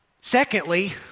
secondly